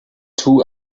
two